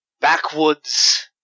Backwoods